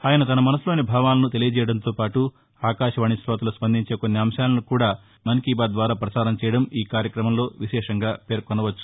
ఆయన తన మనస్సులోని భావాలను తెలియజేయడంతో పాటు ఆకాశవాణి కోతలు స్పందించే కొన్ని అంశాలను కూడా ఈ మన్ కీ బాత్ ద్వారా పసారం చేయడం ఈ కార్యక్రమ విశేషంగా పేర్కొనవచ్చు